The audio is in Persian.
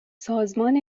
سازمان